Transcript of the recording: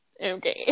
okay